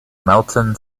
melton